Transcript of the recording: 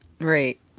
Right